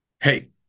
Hey